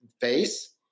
face